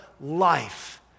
life